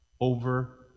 over